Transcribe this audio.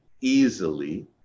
easily